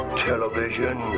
television